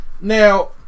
Now